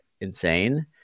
insane